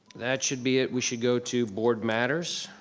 that should be it, we should go to board matters.